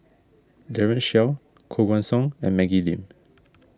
Daren Shiau Koh Guan Song and Maggie Lim